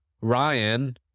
Ryan